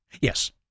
Yes